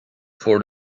for